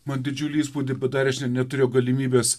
man didžiulį įspūdį padarė aš net neturėjau galimybės